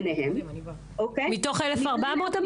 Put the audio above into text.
מתוך 1,400?